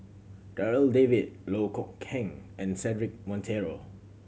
Darryl David Loh Kok Heng and Cedric Monteiro